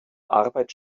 arbeit